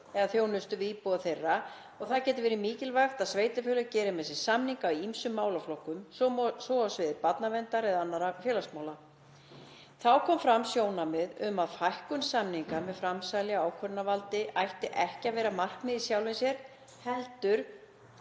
eða þjónustu við íbúa þeirra. Það geti verið mikilvægt að sveitarfélög geri með sér samninga í ýmsum málaflokkum, svo sem á sviði barnaverndar eða annarra félagsmála. Þá komu fram sjónarmið um að fækkun samninga með framsali á ákvörðunarvaldi ætti ekki að vera markmið í sjálfu sér heldur